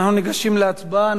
אנחנו ניגשים להצבעה.